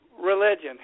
religion